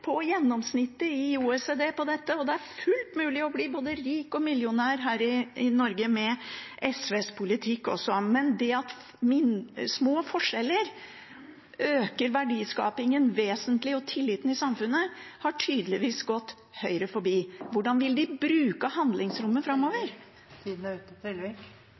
på gjennomsnittet i OECD på dette. Det er fullt mulig å bli både rik og millionær i Norge med SVs politikk, men at små forskjeller øker verdiskapingen og tilliten i samfunnet vesentlig, har tydeligvis gått Høyre hus forbi. Hvordan vil de bruke handlingsrommet framover?